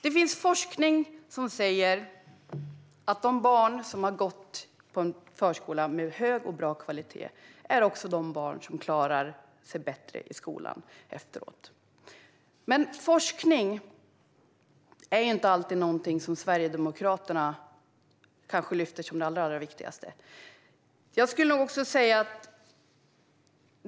Det finns forskning som säger att de barn som har gått på en förskola med hög och bra kvalitet också är de barn som klarar sig bättre i skolan efteråt. Men forskning är kanske inte alltid någonting som Sverigedemokraterna lyfter upp som det allra viktigaste.